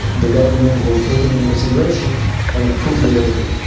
the government will take it into consideration and approve the waiver.